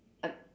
uh